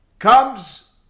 comes